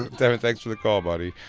devin, thanks for the call, buddy.